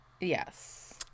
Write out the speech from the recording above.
Yes